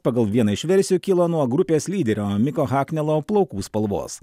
pagal vieną iš versijų kilo nuo grupės lyderio miko haknelo plaukų spalvos